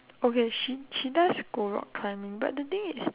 oh wait she she does go rock climbing but the thing is